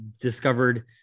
discovered